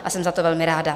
A jsem za to velmi ráda.